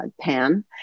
pan